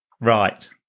Right